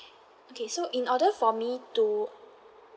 okay so in order for me to